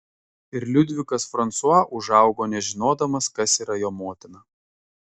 ir liudvikas fransua užaugo nežinodamas kas yra jo motina